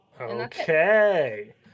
okay